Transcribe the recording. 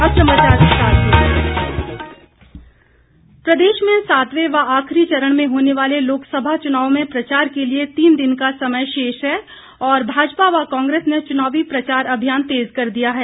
प्रचार भाजपा प्रदेश में सातवें व आखिरी चरण में होने वाले लोकसभा चुनाव में प्रचार के लिए तीन दिन का समय शेष है और भाजपा व कांग्रेस ने चुनावी प्रचार अभियान तेज़ कर दिया है